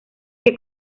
que